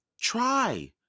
Try